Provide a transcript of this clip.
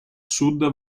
sud